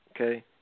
Okay